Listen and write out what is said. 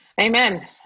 Amen